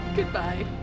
Goodbye